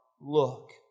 look